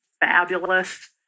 fabulous